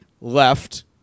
left